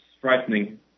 frightening